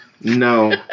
No